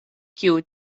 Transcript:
kiu